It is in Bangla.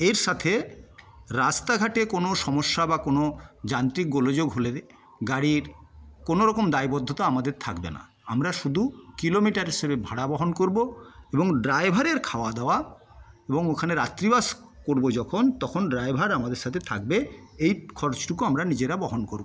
এর সাথে রাস্তাঘাটে কোনো সমস্যা বা কোনো যান্ত্রিক গোলযোগ হলে গাড়ির কোনোরকম দায়বদ্ধতা আমাদের থাকবে না আমরা শুধু কিলোমিটার হিসাবে ভাড়া বহন করবো এবং ড্রাইভারের খাওয়া দাওয়া এবং ওখানে রাত্রিবাস করবো যখন তখন ড্রাইভার আমাদের সাথে থাকবে এই খরচটুকু আমরা নিজেরা বহন করবো